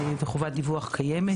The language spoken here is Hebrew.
חובת דיווח קיימת.